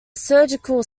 surgical